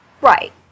Right